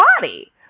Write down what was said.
body